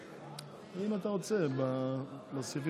45. חבר הכנסת אמסלם, איפה להמשיך?